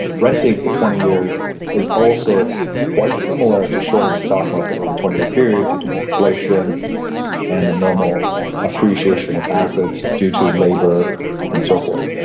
renting for twenty years is also quite similar to shorting the stock market over a twenty year period due to inflation and the normal appreciation of assets due to labor and so forth.